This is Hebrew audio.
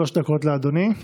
שלוש דקות לאדוני.